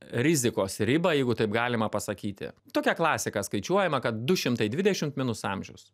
rizikos ribą jeigu taip galima pasakyti tokia klasika skaičiuojama kad du šimtai dvidešimt minus amžius